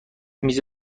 میز